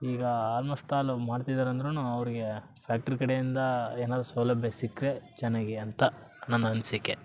ಈಗ almost all ಮಾಡ್ತಿದ್ದಾರೆ ಅಂದ್ರು ಅವ್ರಿಗೆ ಫ್ಯಾಕ್ಟ್ರಿ ಕಡೆಯಿಂದ ಏನಾದರು ಸೌಲಭ್ಯ ಸಿಕ್ಕರೆ ಚೆನ್ನಾಗಿ ಅಂತ ನನ್ನ ಅನಿಸಿಕೆ